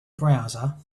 browser